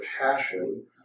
passion